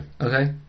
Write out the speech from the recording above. okay